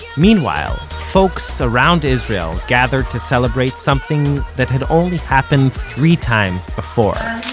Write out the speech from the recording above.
meanwhile, folks around israel gathered to celebrate something that had only happened three times before.